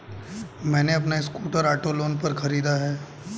मैने अपना scooter auto loan पर खरीदा है